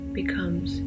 becomes